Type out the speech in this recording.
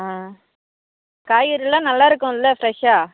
ஆ காய்கறிலாம் நல்லா இருக்கும்ல ஃப்ரெஷ்ஷாக